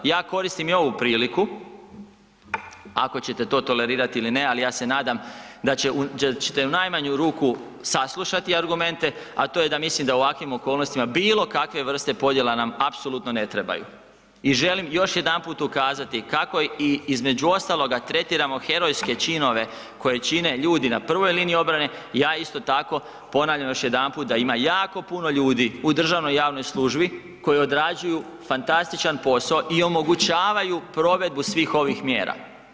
Ja koristim i ovu priliku, ako ćete to tolerirati ili ne, ali ja se nadam da ćete u najmanju ruku saslušati argumente a to je da mislim da u ovakvim okolnostima bilokakve vrste podjela nam apsolutno ne trebaju i želim još jedanput ukazati kako i između ostaloga tretiramo herojske činove koje čine ljudi na prvoj liniji obrane, ja isto ponavljam još jedanput, da ima jako puno ljudi u državnoj i javnoj službi koji odrađuju fantastičan posao i omogućavaju provedbu svih ovih mjera.